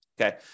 okay